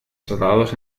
tratados